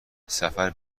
سفر